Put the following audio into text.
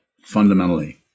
fundamentally